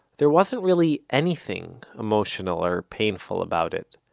there wasn't really anything emotional or painful about it.